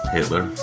Hitler